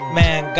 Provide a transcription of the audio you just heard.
man